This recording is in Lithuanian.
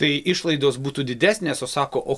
tai išlaidos būtų didesnės o sako o